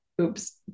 oops